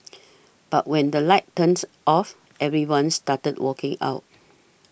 but when the lights turns off everyone started walking out